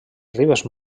ribes